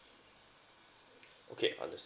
okay understand